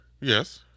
yes